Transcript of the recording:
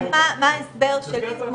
לציין שאתה הגשת לצורך המטרו,